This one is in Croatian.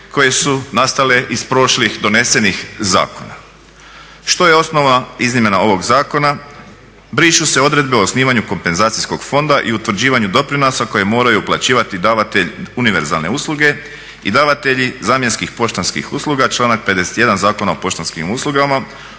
koje su nastale iz prošlih donesenih zakona. Što je osnova izmjena ovog zakona? brišu se odredbe o osnivanju kompenzacijskog fonda i utvrđivanju doprinosa koje mora uplaćivati davatelj univerzalne usluge i davatelji zamjenskih poštanskih usluga, članak 51. Zakona o poštanskim uslugama